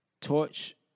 Torch